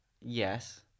Yes